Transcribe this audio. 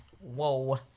Whoa